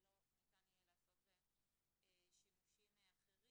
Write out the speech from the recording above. שלא ניתן יהיה לעשות בהם שימושים אחרים.